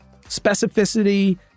specificity